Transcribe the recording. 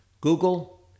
Google